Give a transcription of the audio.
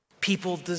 People